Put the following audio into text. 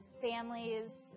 Families